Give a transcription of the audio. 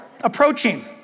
Approaching